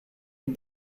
dem